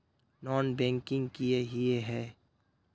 Non banking किए हिये है?